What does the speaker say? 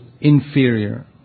inferior